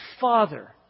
father